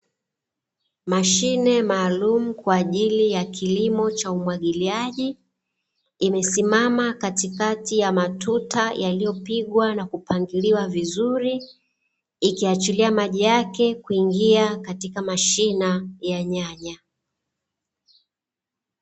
Mashine maalumu kwaajili ya kilimo cha umwagiliaji, imesimama katikati ya matuta yaliyopigwa na kupangiliwa vizuri ikiachilia maji yake kuingia katika mashina ya nyanya.